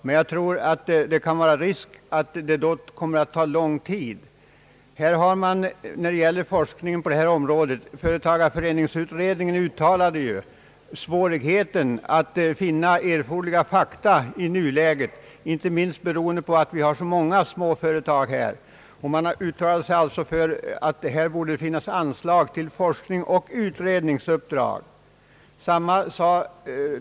Jag tror emellertid att det kan finnas risk för att det då kommer att ta lång tid. Företagareföreningsutredningen har påpekat svårigheterna att finna erforderliga fakta i nuläget, inte minst beroende på att vi har så många småföretagare. Man har uttalat sig för att det borde finnas anslag till forskningsoch utredningsuppdrag.